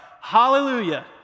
Hallelujah